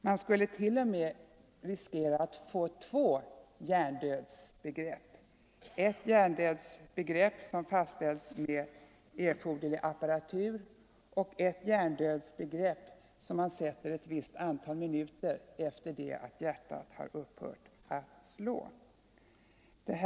Man skulle t.o.m. riskera att få två hjärndödsbegrepp — ett som fastställs med erforderlig apparatur och ett som man fastställer ett visst antal minuter efter det att hjärtat upphört att slå.